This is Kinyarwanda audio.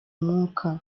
umwuka